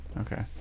Okay